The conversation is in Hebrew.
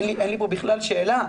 אין לי פה בכלל שאלה,